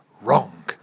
wrong